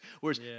Whereas